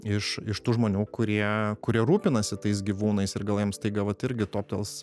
iš iš tų žmonių kurie kurie rūpinasi tais gyvūnais ir gal jiems staiga vat irgi tuoptels